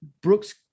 Brooks